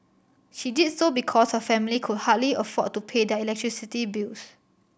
she did so because her family could hardly afford to pay their electricity bills